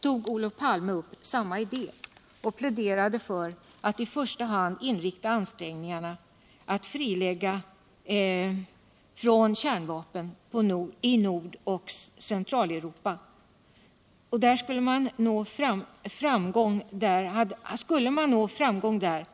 tog Olof Palme upp samma idé och pläderade för att i första hand inrikta ansträngmnarna på att frilägga Nord och Centralcuropa från kärnvapen. Skulle man nå framgång däri.